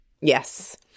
Yes